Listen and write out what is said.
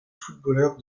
footballeur